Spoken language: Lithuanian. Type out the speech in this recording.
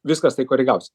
viskas taip koregavosi